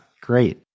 great